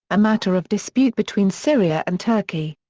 a matter of dispute between syria and turkey.